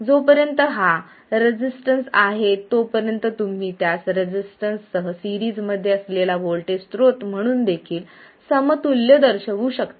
जोपर्यंत हा रेसिस्टन्स येथे आहे तोपर्यंत तुम्ही त्यास रेसिस्टन्स सह सेरीज मध्ये असलेला व्होल्टेज स्त्रोत म्हणून देखील समतुल्य दर्शवू शकता